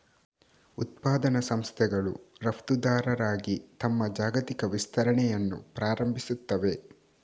ಉತ್ಪಾದನಾ ಸಂಸ್ಥೆಗಳು ರಫ್ತುದಾರರಾಗಿ ತಮ್ಮ ಜಾಗತಿಕ ವಿಸ್ತರಣೆಯನ್ನು ಪ್ರಾರಂಭಿಸುತ್ತವೆ